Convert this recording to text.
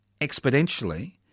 exponentially